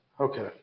okay